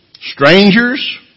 strangers